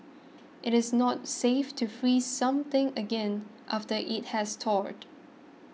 it is not safe to freeze something again after it has thawed